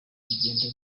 bigenda